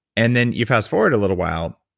and then you fast-forward a little while,